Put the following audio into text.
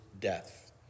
death